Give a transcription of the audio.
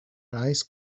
eyes